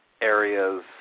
areas